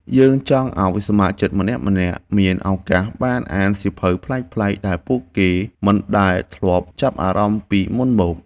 យើងចង់ឱ្យសមាជិកម្នាក់ៗមានឱកាសបានអានសៀវភៅប្លែកៗដែលពួកគេមិនដែលធ្លាប់ចាប់អារម្មណ៍ពីមុនមក។